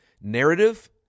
narrative